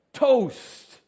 Toast